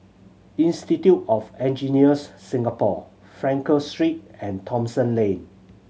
Institute of Engineers Singapore Frankel Street and Thomson Lane